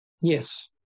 Yes